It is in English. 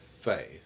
faith